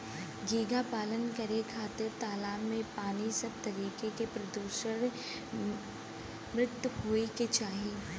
झींगा पालन करे खातिर तालाब के पानी सब तरीका से प्रदुषण मुक्त होये के चाही